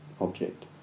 object